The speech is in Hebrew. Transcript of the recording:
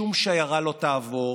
שום שיירה לא תעבור,